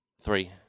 Three